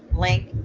link,